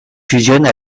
fusionne